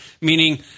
meaning